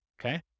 Okay